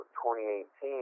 2018